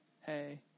hey